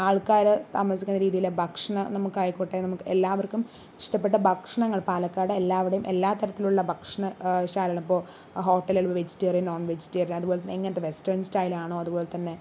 ആൾക്കാർ താമസിക്കുന്ന രീതിയിൽ ഭക്ഷണം നമുക്കായിക്കോട്ടെ നമ്മൾക്കെല്ലാവർക്കും ഇഷ്ടപ്പെട്ട ഭക്ഷണങ്ങൾ പാലക്കാട് എല്ലാവരുടെയും എല്ലാതരത്തിലുള്ള ഭക്ഷണം ശാലകൾ ഇപ്പോൾ ഹോട്ടലുകൾ വെജിറ്റേറിയൻ നോൺ വെജിറ്റേറിയൻ അതുപോലത്തന്നെ എങ്ങനത്തെ വെസ്റ്റേൺ സ്റ്റൈലാണോ അതുപോലെത്തന്നെ